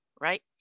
right